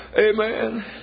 Amen